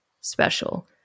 special